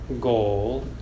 goal